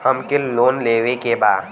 हमके लोन लेवे के बा?